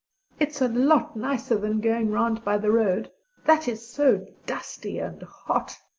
it's a lot nicer than going round by the road that is so dusty and hot,